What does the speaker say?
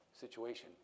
situation